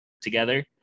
together